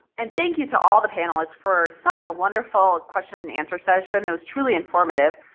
and thank you to all the panelists for such a wonderful question and answer session it was truly informative.